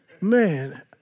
man